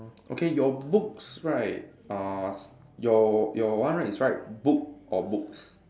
okay your books right uh your your one right is write book or books